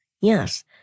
Yes